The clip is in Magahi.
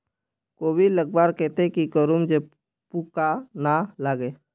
कोबी लगवार केते की करूम जे पूका ना लागे?